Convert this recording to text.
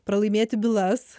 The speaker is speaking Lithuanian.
pralaimėti bylas